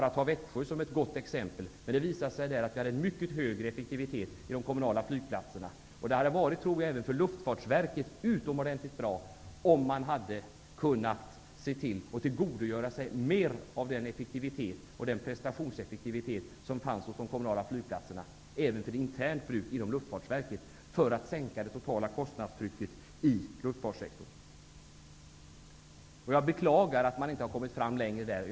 Man behöver inte bara ta Växjö som ett gott exempel. Men det visade sig där att man hade mycket högre effektivitet i de kommunala flygplatserna. Jag tror att det även för Luftfartsverket hade varit utomordentligt bra om man hade kunnat tillgodogöra sig mer av den effektivitet och den prestationseffektivitet som fanns hos de kommunala flygplatserna, även för internt bruk inom Luftfartsverket, för att sänka det totala kostnadstrycket i luftfartssektorn. Jag beklagar att man inte har kommit längre i detta sammanhang.